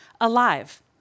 alive